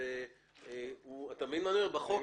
בחוק,